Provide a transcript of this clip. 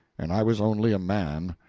and i was only a man,